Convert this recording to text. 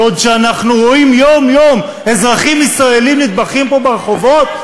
בעוד אנחנו רואים יום-יום אזרחים ישראלים נטבחים פה ברחובות,